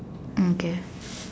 okay